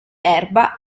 erba